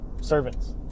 servants